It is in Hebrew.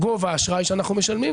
גובה האשראי שאנחנו משלמים.